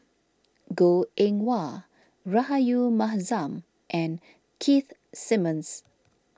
Goh Eng Wah Rahayu Mahzam and Keith Simmons